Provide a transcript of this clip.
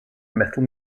metal